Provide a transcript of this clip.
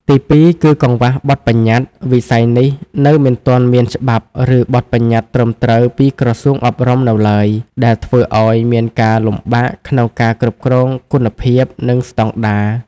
ទីពីរ គឺកង្វះបទប្បញ្ញត្តិ វិស័យនេះនៅមិនទាន់មានច្បាប់ ឬបទប្បញ្ញត្តិត្រឹមត្រូវពីក្រសួងអប់រំនៅឡើយ ដែលធ្វើឲ្យមានការលំបាកក្នុងការគ្រប់គ្រងគុណភាព និងស្តង់ដារ។